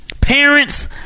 Parents